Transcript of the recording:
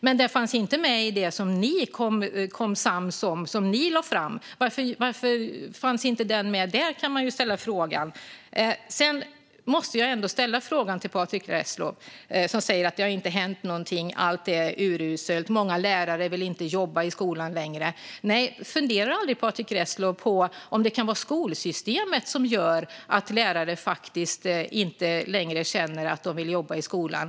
Det finns dock inte med i det som ni blev sams om och som ni lade fram, Patrick Reslow. Man kan ju ställa frågan varför det inte finns med där? Sedan måste jag ändå ställa frågan till Patrick Reslow, som säger att det inte har hänt någonting, att allt är uruselt och att många lärare inte vill jobba i skolan längre: Funderar Patrick Reslow aldrig på om det kan vara skolsystemet som gör att lärare inte längre känner att de vill jobba i skolan?